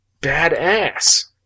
badass